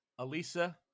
Alisa